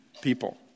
people